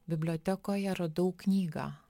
bibliotekoje radau knygą